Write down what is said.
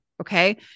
Okay